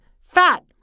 fat